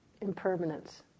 impermanence